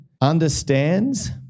understands